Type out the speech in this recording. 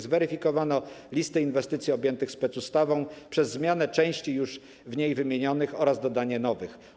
Zweryfikowano listy inwestycji objętych specustawą przez zmianę części inwestycji już w niej wymienionych oraz dodanie nowych.